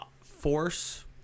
force